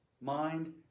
mind